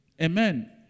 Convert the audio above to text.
Amen